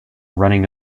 running